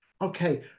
Okay